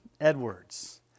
Edwards